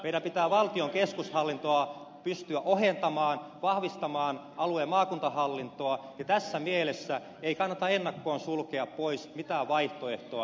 meidän pitää valtion keskushallintoa pystyä ohentamaan vahvistamaan alueen maakuntahallintoa ja tässä mielessä ei kannata ennakkoon sulkea pois mitään vaihtoehtoa